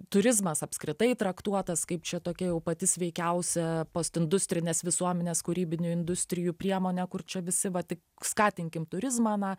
turizmas apskritai traktuotas kaip čia tokia jau pati sveikiausia postindustrinės visuomenės kūrybinių industrijų priemonė kur čia visi va tik skatinkim turizmą na